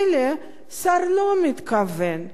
שגרים בשכירות, השר לא מתכוון לתת